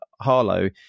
Harlow